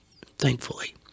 thankfully